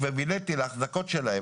אקוויוולנטי להחזקות שלהם.